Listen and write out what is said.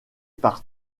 par